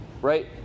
Right